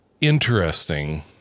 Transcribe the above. interesting